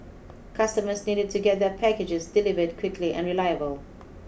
customers needed to get their packages delivered quickly and reliably